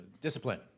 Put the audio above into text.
discipline